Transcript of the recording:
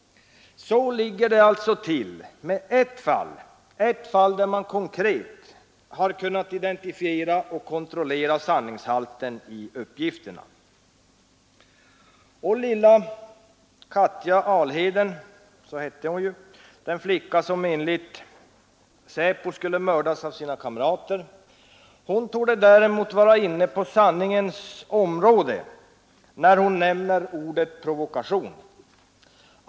Så ligger det alltså till med ett fall, där man konkret har kunnat identifiera personen och kontrollera sanningshalten i uppgifterna. Lilla Katja Alheden — så hette den flicka som enligt SÄPO skulle mördas av sina kamrater — torde däremot vara inne på sanningens område när hon nämner ordet ”provokation”.